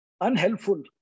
unhelpful